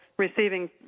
receiving